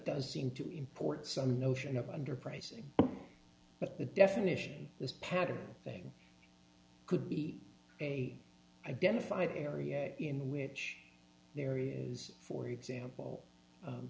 does seem to import some notion of underpricing but the definition is patent thing could be identified areas in which there is for example